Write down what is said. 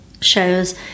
shows